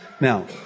Now